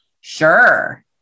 Sure